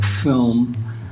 film